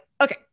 okay